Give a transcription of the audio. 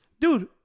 dude